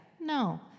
no